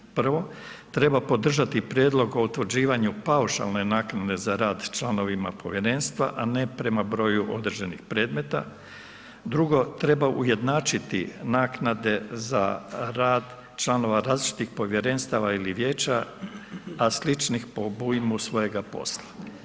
Prvo, treba podržati prijedlog o utvrđivanje paušalne naknade, za rad članova povjerenstva, a ne prema broju održanih predmeta, drugo treba ujednačiti naknade za rad članova različitih povjerenstva ili vijeća, a sličnih po obujmu svojeg posla.